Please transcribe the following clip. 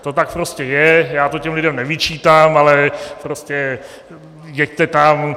To tak prostě je, já to těm lidem nevyčítám, ale prostě jeďte tam.